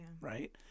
right